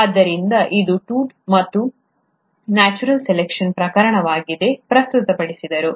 ಆದ್ದರಿಂದ ಇದನ್ನು ಟುಟ್ ಅವರು ನ್ಯಾಚುರಲ್ ಸೆಲೆಕ್ಷನ್ ಪ್ರಕರಣವಾಗಿ ಪ್ರಸ್ತುತಪಡಿಸಿದರು